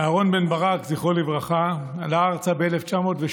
אהרון בן-ברק, זכרו לברכה, עלה ארצה ב-1907,